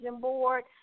board